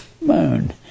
moon